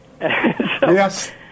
Yes